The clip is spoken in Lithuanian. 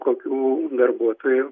kokių darbuotojų